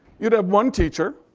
you'd have one teacher.